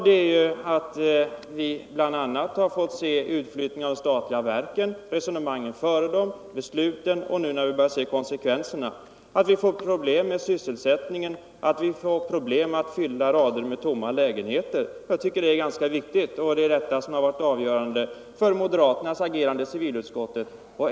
Vi har bl.a. varit med om utflyttningen av de statliga verken — först de resonemang som föregick utflyttningen och därefter besluten. Nu börjar vi se konsekvenserna och finner att vi får problem med sysselsättningen samt med att fylla hela rader med tomma lägenheter. Jag tycker att detta är ganska viktiga saker, som har varit avgörande för moderaternas agerande i civilutskottet.